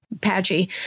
patchy